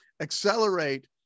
accelerate